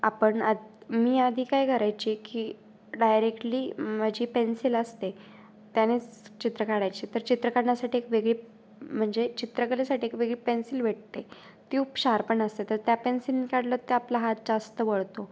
आपण आद मी आधी काय करायची की डायरेक्टली माझी पेन्सिल असते त्यानेच चित्र काढायची तर चित्र काढण्यासाठी एक वेगळी म्हणजे चित्रकलेसाठी एक वेगळी पेन्सिल भेटते ती खुप शार्पण असते तर त्या पेन्सिलने काढलं तर आपला हात जास्त वळतो